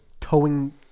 towing